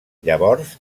llavors